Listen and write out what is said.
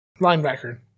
linebacker